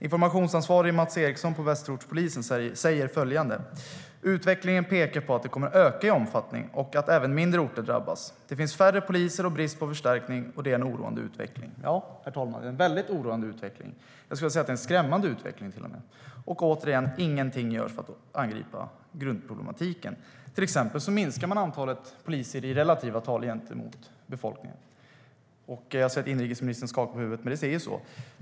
Informationsansvarige Mats Eriksson på Västerortspolisen säger följande: Utvecklingen pekar på att det kommer att öka i omfattning och även att mindre orter drabbas. Det finns färre poliser och brist på förstärkning. Det är en oroande utveckling. Ja, herr talman, det är en väldigt oroande utveckling. Jag skulle vilja säga att det är en skrämmande utveckling till och med. Återigen: Ingenting görs för att angripa grundproblematiken. Till exempel minskar man antalet poliser i relativa tal gentemot befolkningen. Jag ser att inrikesministern skakar på huvudet, men det är ju så.